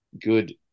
good